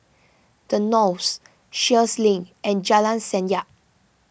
the Knolls Sheares Link and Jalan Senyum